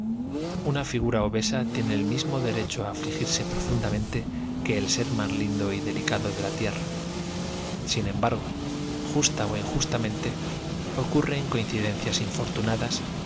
una figura obesa tiene el mismo derecho a afligirse profundamente que el ser más lindo y delicado de la tierra sin embargo justa o injustamente ocurren coincidencias infortunadas